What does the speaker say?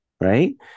Right